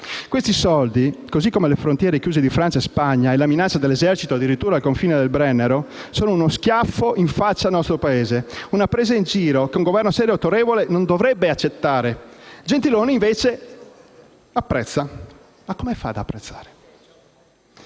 Questi soldi, così come le frontiere chiuse di Francia e Spagna e la minaccia dell'esercito al confine del Brennero, sono uno schiaffo in faccia al nostro Paese, una presa in giro che un Governo serio e autorevole non dovrebbe accettare. Gentiloni Silveri, invece, "apprezza". Ma come fa ad apprezzare?